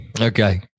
okay